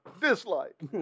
Dislike